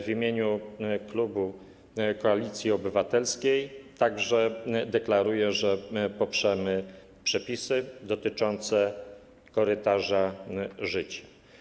W imieniu klubu Koalicji Obywatelskiej także deklaruję, że poprzemy przepisy dotyczące korytarza życia.